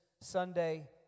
Sunday